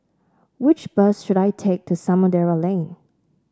which bus should I take to Samudera Lane